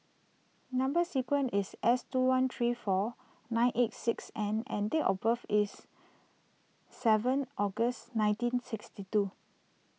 Number Sequence is S two one three four nine eight six N and date of birth is seven August nineteen sixty two